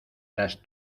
las